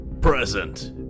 present